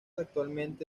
actualmente